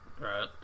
right